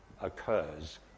occurs